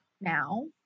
now